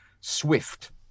swift